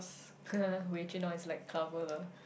Wei-jun now is like clubber lah